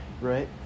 right